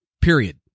period